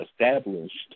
established